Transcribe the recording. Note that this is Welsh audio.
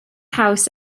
haws